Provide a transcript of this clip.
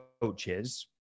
coaches